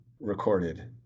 recorded